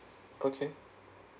okay